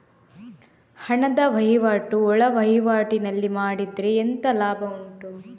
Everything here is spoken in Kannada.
ಹಣದ ವಹಿವಾಟು ಒಳವಹಿವಾಟಿನಲ್ಲಿ ಮಾಡಿದ್ರೆ ಎಂತ ಲಾಭ ಉಂಟು?